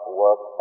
work